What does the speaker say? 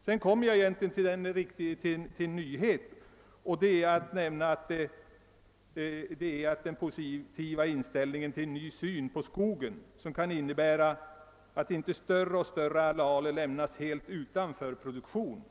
Sedan kommer jag till en nyhet, och det är den positiva inställningen till en ny syn på skogen vilken kan innebära att inte större och större arealer lämnas helt utanför produktionen.